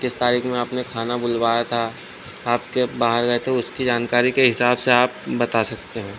किस तारीख में आपने खाना बुलवाया था आप कब बाहर गए थे उसकी जानकारी के हिसाब से आप बता सकते हो